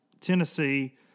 Tennessee